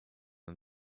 and